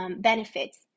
benefits